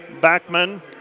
Backman